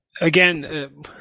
again